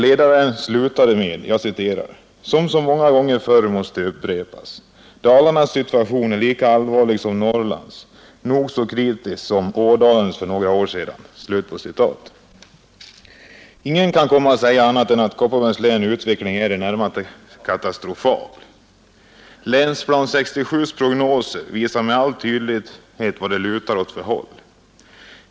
Ledaren slutade: ”Som så många gånger förr måste upprepas: Dalarnas situation är lika allvarlig som Norrlands, nog så kritisk som Ådalens för några år sedan.” Ingen kan komma och säga annat än att Kopparbergs läns utveckling är i det närmaste katastrofal. Prognoserna för Länsplan 67 visar med all tydlighet åt vilket håll det lutar.